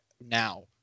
now